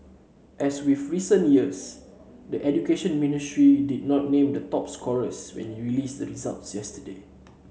as with recent years the Education Ministry did not name the top scorers when it released the results yesterday